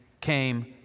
came